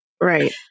Right